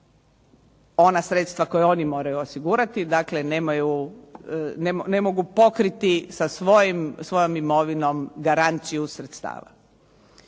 ona sredstva koja oni moraju osigurati, dakle ne mogu pokriti sa svojom imovinom garanciju sredstava.